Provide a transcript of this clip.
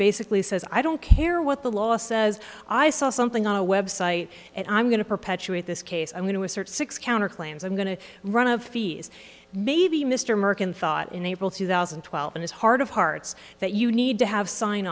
basically says i don't care what the law says i saw something on a website and i'm going to perpetuate this case i'm going to assert six counterclaims i'm going to run of fees maybe mr merkin thought in april two thousand and twelve in his heart of hearts that you need to have sign